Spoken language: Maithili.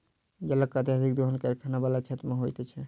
जलक अत्यधिक दोहन कारखाना बला क्षेत्र मे होइत छै